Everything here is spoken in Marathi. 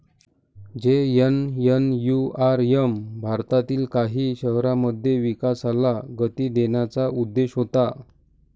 जे.एन.एन.यू.आर.एम भारतातील काही शहरांमध्ये विकासाला गती देण्याचा उद्देश होता